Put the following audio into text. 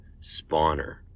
spawner